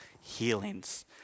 healings